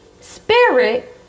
Spirit